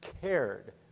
Cared